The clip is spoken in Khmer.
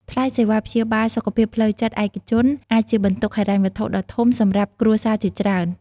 ថ្លៃសេវាព្យាបាលសុខភាពផ្លូវចិត្តឯកជនអាចជាបន្ទុកហិរញ្ញវត្ថុដ៏ធំសម្រាប់គ្រួសារជាច្រើន។